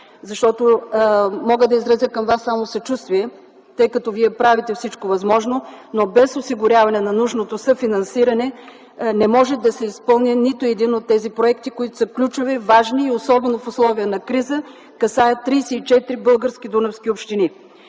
Вас мога да изразя само съчувствие, тъй като Вие правите всичко възможно, но без осигуряване на нужното съфинансиране не може да се изпълни нито един от тези проекти, които са ключови, важни, и особено в условия на криза – касаят 34 български дунавски общини.